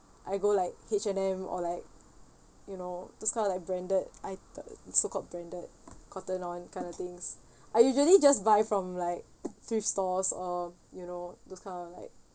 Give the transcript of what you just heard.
I go like h and m or like you know those kind of like branded ite~ so called branded cotton on kind of things I usually just buy from like thrift stores or you know those kind of like